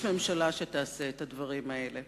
יש ממשלה שתעשה את הדברים האלה.